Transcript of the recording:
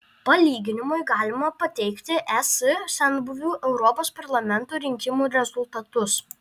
palyginimui galima pateikti es senbuvių europos parlamento rinkimų rezultatus